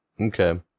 Okay